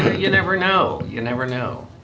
you never know. you never know.